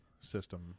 system